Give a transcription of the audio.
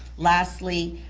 lastly,